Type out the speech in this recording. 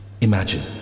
Imagine